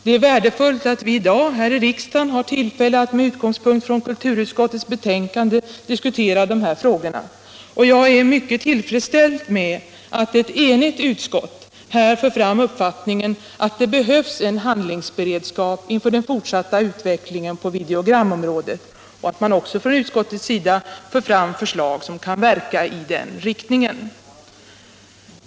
Det är värdefullt att vi i dag i riksdagen har tillfälle att med utgångspunkt i kulturutskottets betänkande diskutera dessa frågor. Jag är mycket tillfredsställd med att ett enigt utskott nu ger uttryck för uppfattningen att det behövs en handlingsberedskap inför den fortsatta utvecklingen på videogramområdet och för fram förslag som kan verka i den riktningen.